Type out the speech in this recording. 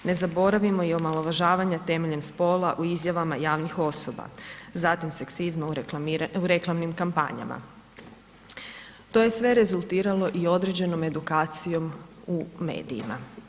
Ne zaboravimo i omalovažavanje temeljem spola u izjavama javnih osoba, zatim seksizma u reklamnim kampanjama, to je sve rezultiralo i određenom edukacijom u medijima.